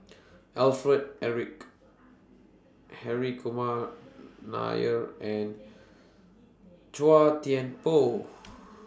Alfred Eric Harry Kumar Nair and Chua Thian Poh